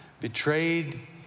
betrayed